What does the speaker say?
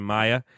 Maya